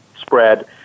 spread